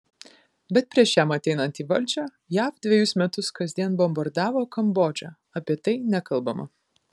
bet prieš jam ateinant į valdžią jav dvejus metus kasdien bombardavo kambodžą apie tai nekalbama